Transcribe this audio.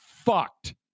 fucked